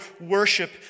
worship